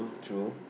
true